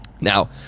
now